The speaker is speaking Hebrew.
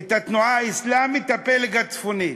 את התנועה האסלאמית, הפלג הצפוני,